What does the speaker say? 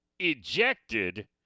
ejected